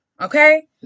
Okay